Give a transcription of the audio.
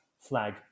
flag